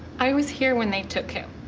i was here when they took him.